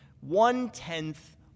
one-tenth